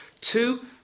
two